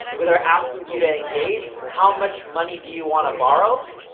where they're asking you to engage. how much money do you want to borrow,